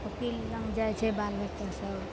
ओकील लग जाइ छै बाल बच्चासभ